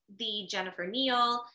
thejenniferneal